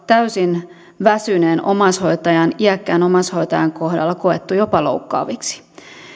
täysin väsyneen iäkkään omaishoitajan kohdalla koettu jopa loukkaaviksi